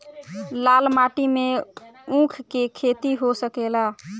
लाल माटी मे ऊँख के खेती हो सकेला?